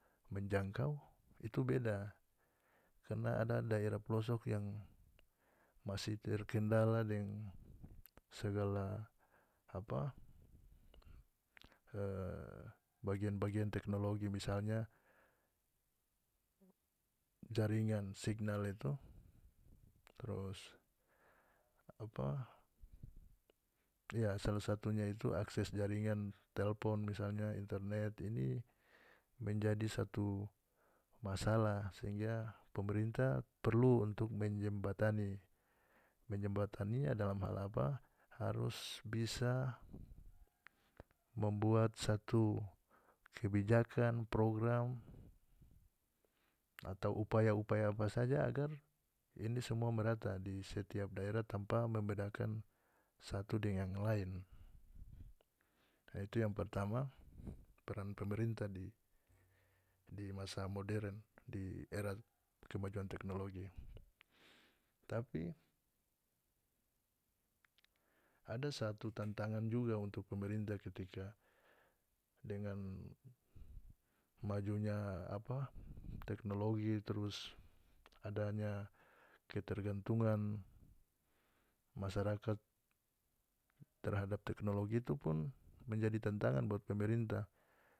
Menjangkau itu beda karna ada daerah pelosok yang masih terkendala deng segala apa e bagian-bagian teknologi misalnya jaringan signal itu trus apa iya salah satunya itu akses jaringan telpon misalnya internet ini menjadi satu masalah sehingga pemerintah perlu untuk menjembatani menjembatani ya dalam hal apa harus bisa membuat satu kebijakan program atau upaya-upaya apa saja agar ini semua merata di setiap daerah tanpe membedakan satu deng yang lain a itu yang pertama peran pemerintah di di masa modern di era kemajuan teknologi tapi ada satu tantangan juga untuk pemerintah ketika dengan majunya apa teknologi trus adanya ketergantungan masyarakat terhadap teknologi itu pun menjadi tantangan buat pemerintah.